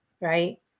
right